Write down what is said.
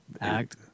Act